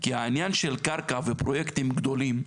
כי העניין של קרקע ופרויקטים גדולים,